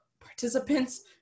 participants